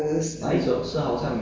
you heard about that right